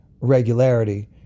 regularity